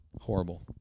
horrible